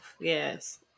Yes